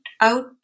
out